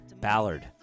Ballard